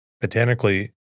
Botanically